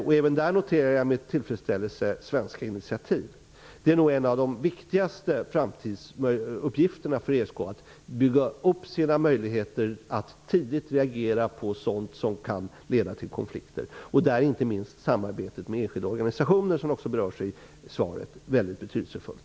Även på denna punkt noterar jag med tillfredsställelse de svenska initiativen. En av de viktigaste framtidsuppgifterna för ESK är nog att just bygga upp sina möjligheter att reagera tidigt på sådant som kan leda till konflikter, och då är inte minst samarbetet med enskilda organisationer, som också berörs i svaret, betydelsefullt.